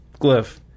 glyph